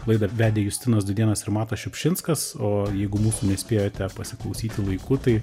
laidą vedė justinas dūdėnas ir matas šiupšinskas o jeigu mūsų nespėjote pasiklausyti laiku tai